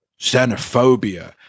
xenophobia